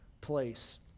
place